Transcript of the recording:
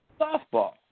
softball